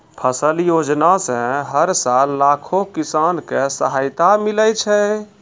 फसल योजना सॅ हर साल लाखों किसान कॅ सहायता मिलै छै